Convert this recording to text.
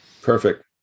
Perfect